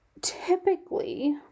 typically